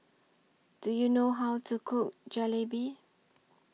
Do YOU know How to Cook Jalebi